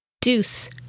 Deuce